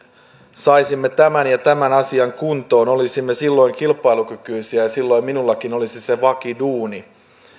saisimme tämän ja tämän asian kuntoon olisimme silloin kilpailukykyisiä ja silloin minullakin olisi se se vakiduuni